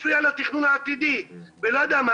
נדבר ואני לא ארחיב,